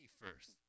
first